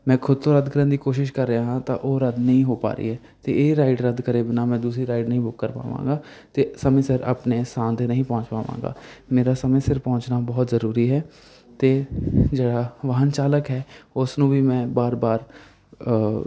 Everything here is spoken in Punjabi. ਮੈਂ ਖੁਦ ਤੋਂ ਰੱਦ ਕਰਨ ਦੀ ਕੋਸ਼ਿਸ਼ ਕਰ ਰਿਹਾ ਹਾਂ ਤਾਂ ਉਹ ਰੱਦ ਨਹੀਂ ਹੋ ਪਾ ਰਹੀ ਹੈ ਅਤੇ ਇਹ ਰਾਈਡ ਰੱਦ ਕਰੇ ਬਿਨਾਂ ਮੈਂ ਦੂਸਰੀ ਰਾਈਡ ਨਹੀਂ ਬੁੱਕ ਕਰ ਪਾਵਾਂਗਾ ਅਤੇ ਸਮੇਂ ਸਿਰ ਆਪਣੇ ਸਥਾਨ 'ਤੇ ਨਹੀਂ ਪਹੁੰਚ ਪਾਵਾਂਗਾ ਮੇਰਾ ਸਮੇਂ ਸਿਰ ਪਹੁੰਚਣਾ ਬਹੁਤ ਜ਼ਰੂਰੀ ਹੈ ਅਤੇ ਜਿਹੜਾ ਵਾਹਨ ਚਾਲਕ ਹੈ ਉਸ ਨੂੰ ਵੀ ਮੈਂ ਵਾਰ ਵਾਰ